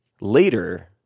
later